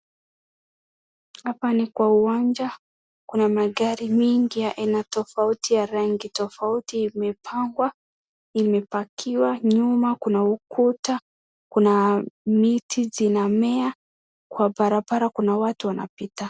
Hapa ni kwa uwanja. Kuna magari mingi ya aina tofauti, ya rangi tofauti imepangwa imepakiwa. Nyuma kuna ukuta. Kuna miti zinamea. Kwa barabara kuna watu wanapita.